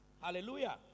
Hallelujah